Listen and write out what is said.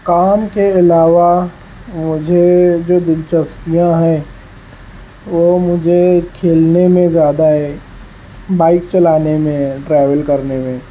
کام کے علاوہ مجھے جو دلچسپیاں ہیں وہ مجھے کھیلنے میں زیادہ ہیں بائیک چلانے میں ٹریول کرنے میں